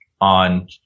on